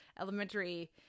elementary